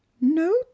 No